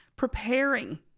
preparing